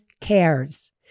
cares